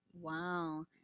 Wow